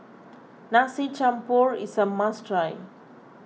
Nasi Campur is a must try